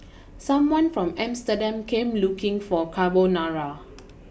someone from Amsterdam came looking for Carbonara